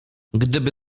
gdyby